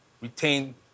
retain